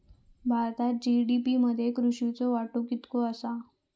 भारतात जी.डी.पी मध्ये कृषीचो वाटो कितको आसा?